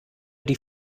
die